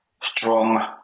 strong